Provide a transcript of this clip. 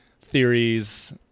theories